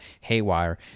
haywire